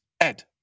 Ed